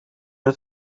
het